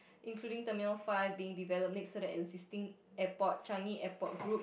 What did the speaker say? including terminal five being developed next to the existing airport Changi-Airport Group